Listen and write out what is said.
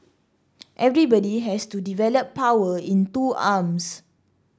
everybody has to develop power in two arms